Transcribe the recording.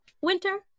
Winter